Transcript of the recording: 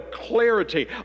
clarity